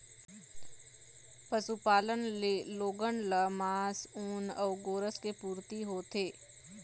पशुपालन ले लोगन ल मांस, ऊन अउ गोरस के पूरती होथे